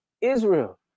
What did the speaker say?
Israel